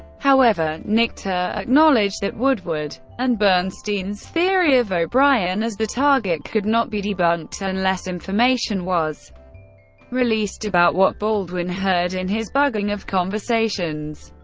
however, nichter acknowledged that woodward and bernstein's theory of o'brien as the target could not be debunked unless information was released about what baldwin heard in his bugging of conversations.